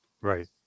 Right